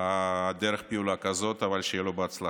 דרך פעולה כזאת, אבל שיהיה לו בהצלחה.